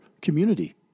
community